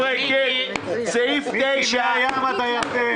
ממש לא,